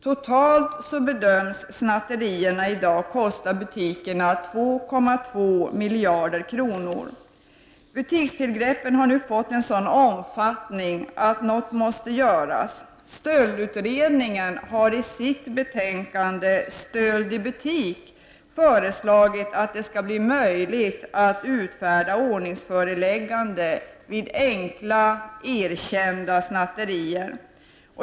Totalt bedöms snatterierna i dag kosta butikerna 2,2 miljarder kronor. Butikstillgreppen har nu fått en sådan omfattning att något måste göras. Stöldutredningen har i sitt betänkande ”Stöld i butik” föreslagit att det skall bli möjligt att utfärda föreläggande om ordningsbot vid enkla erkända snatterier.